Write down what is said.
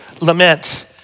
lament